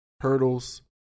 hurdles